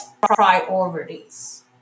priorities